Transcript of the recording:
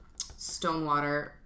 Stonewater